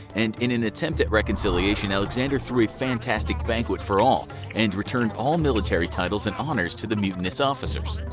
and in an attempt at reconciliation, alexander threw a fantastic banquet for all and returned all military titles and honors to the mutinous officers.